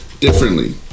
differently